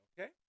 okay